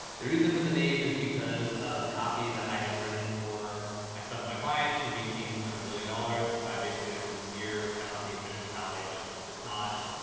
the reason for the name is because the copy that i have written for myself and my clients will be hitting a billion dollars by basically the end of this year. i don't have the official tally, but if it's not.